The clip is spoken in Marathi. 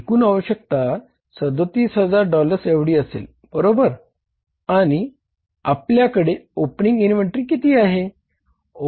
एकूण आवश्यकता 37000 डॉलर एवढी असेल बरोबर आणि आपल्याकडे ओपनिंग इन्व्हेंटरी किती आहे